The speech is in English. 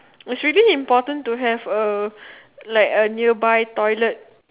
it's really important to have a like a nearby toilet